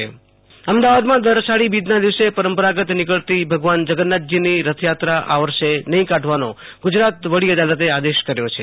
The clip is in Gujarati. આશુ તોષ અંતાણી રાજ્યઃરથયાત્રાઃ અમદાવાદમાં દર અષાડી બીજના દિવસે પરંપરાગત નીકળેતી ભગવાન જગન્નાથજીની રથયાત્રા આ વર્ષે નહીં કાઢવાનો ગુજરાત વડી અદાલતે આદેશે કર્યો છે